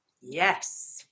Yes